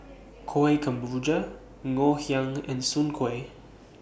Kueh Ngoh Hiang and Soon Kueh